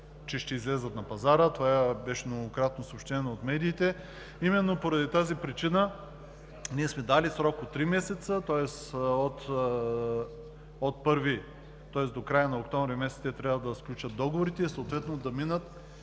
че ще излязат на пазара. Това беше многократно съобщено от медиите. Именно поради тази причина ние сме дали срок от три месеца, тоест до края на октомври месец те трябва да сключат договорите и да минат